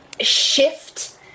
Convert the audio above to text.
shift